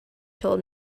told